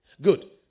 Good